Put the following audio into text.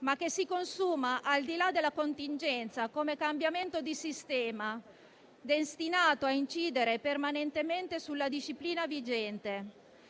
ma che si consuma al di là della contingenza come cambiamento di sistema, destinato a incidere permanentemente sulla disciplina vigente.